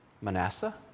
Manasseh